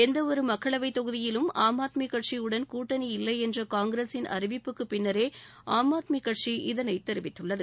எந்தவொரு மக்களவை தொகுதியிலும் ஆம் ஆத்மி கட்சி உடன் கூட்டணி இல்லை என்ற காங்கிரசின் அறிவிப்புக்கு பின்னரே ஆம் ஆத்மி கட்சி இதனை தெரிவித்துள்ளது